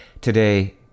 Today